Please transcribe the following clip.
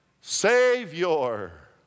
Savior